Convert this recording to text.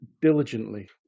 diligently